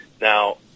Now